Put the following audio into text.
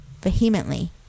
Vehemently